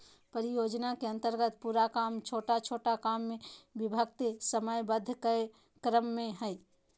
परियोजना के अन्तर्गत पूरा काम छोटा छोटा काम में विभक्त समयबद्ध क्रम में हइ